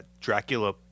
Dracula